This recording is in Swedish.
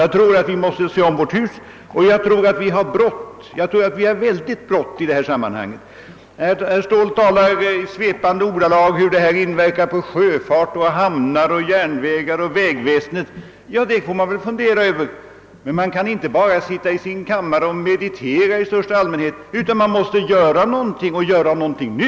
Jag tror att vi måste se om vårt hus och enligt min mening är det synnerligen bråttom. Herr Ståhl talade i svepande ordalag om projektets inverkan på sjöfart, hamnar, järnvägar och vägväsen, och visst får man fundera över allt detta, men man kan inte bara sitta i sin kammare och meditera i största allmänhet, utan man måste göra någonting och göra någonting nu.